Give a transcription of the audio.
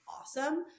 awesome